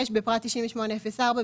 בפרט 98.04,